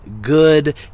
good